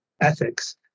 ethics